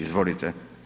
Izvolite.